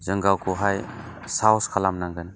जों गावखौहाय साहस खालामनांगोन